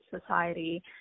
society